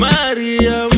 Maria